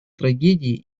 трагедии